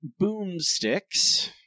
boomsticks